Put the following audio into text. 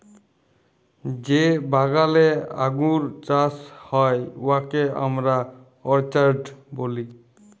যে বাগালে আঙ্গুর চাষ হ্যয় উয়াকে আমরা অরচার্ড ব্যলি